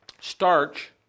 Starch